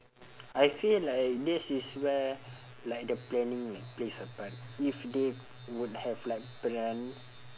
I feel like this is where like the planning like plays a part if they would have like planned